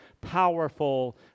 powerful